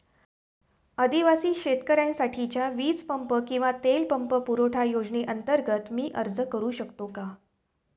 आदिवासी शेतकऱ्यांसाठीच्या वीज पंप किंवा तेल पंप पुरवठा योजनेअंतर्गत मी अर्ज करू शकतो का?